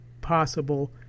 possible